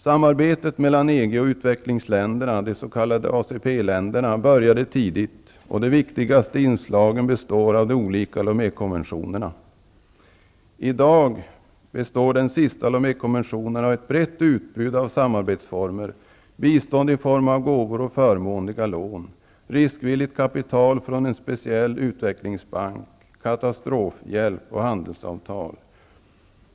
Samarbetet mellan EG och utvecklingsländerna, de s.k. ACP-länderna, började tidigt. De viktigaste inslagen består av de olika Lomékonventionerna. I dag består den sista Lomékonventionen av ett brett utbud av samarbetsformer, bistånd i form av gåvor och förmånliga lån, riskvilligt kapital från en speciell utvecklingsbank, katastrofhjälp och handelsavtal.